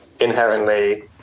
inherently